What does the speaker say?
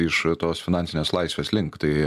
iš tos finansinės laisvės link tai